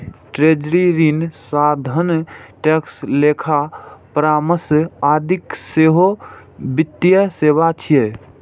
treasury, ऋण साधन, tax, लेखा परामर्श आदि सेहो वित्तीय सेवा छियै